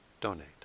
donate